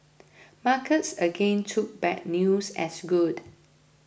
markets again took bad news as good